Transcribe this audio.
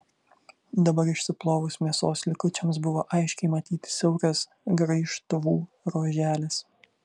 dabar išsiplovus mėsos likučiams buvo aiškiai matyti siauras graižtvų ruoželis